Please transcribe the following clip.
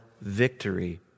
victory